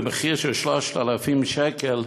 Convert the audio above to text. במחיר של 3,000 שקל,